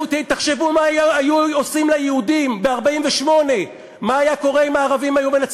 והרבה מאוד פעמים, אם אתה שחקן קטן, אתה לא יכול